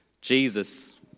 Jesus